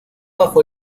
bajo